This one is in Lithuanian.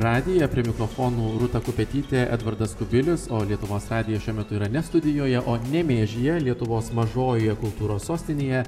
radiją prie mikrofonų rūta kupetytė edvardas kubilius o lietuvos radijas šiuo metu yra ne studijoje o nemėžyje lietuvos mažojoje kultūros sostinėje